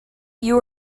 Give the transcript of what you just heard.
you